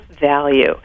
value